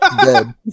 dead